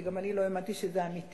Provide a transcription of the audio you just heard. כי גם אני לא האמנתי שזה אמיתי,